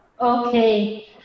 Okay